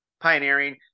pioneering